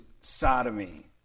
sodomy